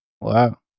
Wow